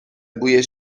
بوی